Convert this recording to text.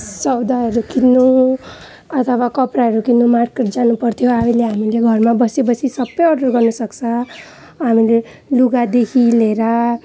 सौदाहरू किन्नु अथवा कपडाहरू किन्नु मार्केट जानुपर्थ्यो अहिले हामीले घरमा बसी बसी सबै अर्डर गर्न सक्छ हामीले लुगादेखि लिएर